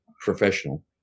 professional